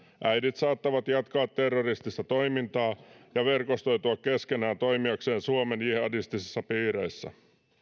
äidit saattavat jatkaa terroristista toimintaa ja verkostoitua keskenään toimiakseen suomen jihadistisissa piireissä